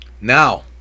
Now